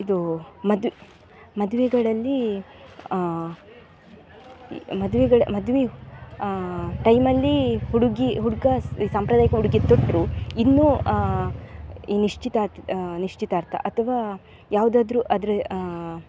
ಇದು ಮದು ಮದುವೆಗಳಲ್ಲಿ ಮದುವೆಗಳ ಮದುವೆ ಟೈಮಲ್ಲಿ ಹುಡುಗಿ ಹುಡುಗ ಸ್ ಈ ಸಾಂಪ್ರದಾಯಿಕ ಉಡುಗೆ ತೊಟ್ಟರೂ ಇನ್ನೂ ಈ ನಿಶ್ಚಿತಾರ್ಥ ನಿಶ್ಚಿತಾರ್ಥ ಅಥವಾ ಯಾವುದಾದ್ರೂ ಅದರ